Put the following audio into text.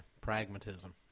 pragmatism